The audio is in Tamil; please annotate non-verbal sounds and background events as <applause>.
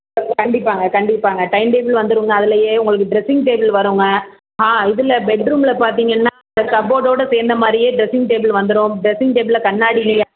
<unintelligible> கண்டிப்பாகங்க கண்டிப்பாகங்க டைன்டேபிள் வந்துருங்க அதுலையே உங்களுக்கு டிரெஸ்ஸிங் டேபிள் வருங்க ஆ இதில் பெட்ரூம்மில் பார்த்தீங்கன்னா இந்த கப்போர்டோட சேர்ந்த மாதிரியே டிரெஸ்ஸிங் டேபிள் வந்துரும் டிரெஸ்ஸிங் டேபிளில் கண்ணாடி